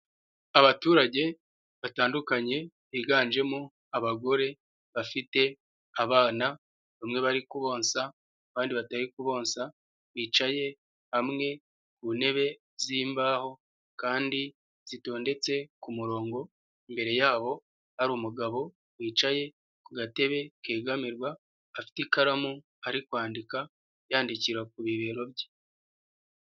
Abaturage batandukanye biganjemo abagore bafite abana bamwe bari ku bonsa abandi batari ku bonsa bicaye hamwe ku ntebe z'imbaho kandi zitondetse ku murongo mbere y'abo hari umugabo wicaye ku gatebe kegamirwa afite ikaramu ari kwandika yandikira ku bibero bye.